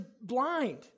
blind